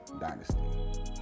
Dynasty